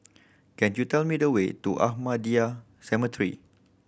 can you tell me the way to Ahmadiyya Cemetery